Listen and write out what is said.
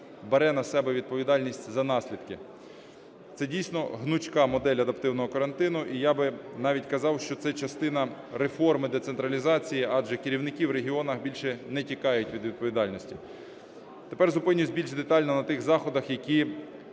бере на себе відповідальність за наслідки. Це, дійсно, гнучка модель адаптивного карантину, і я би навіть казав, що це частина реформи децентралізації, адже керівники в регіонах більше не тікають від відповідальності. Тепер зупинюся більш детально на тих заходах, які